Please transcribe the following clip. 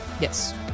Yes